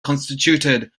constituted